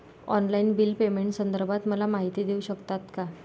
Online bill पेमेंटसंदर्भात मला माहिती देऊ शकतात का?